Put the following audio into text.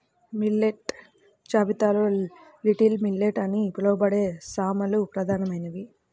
millet జాబితాలో little millet అని పిలవబడే సామలు ప్రధానమైనది